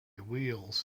wheels